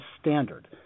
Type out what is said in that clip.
standard